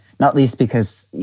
not least because, you